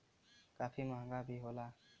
काफी महंगा भी होला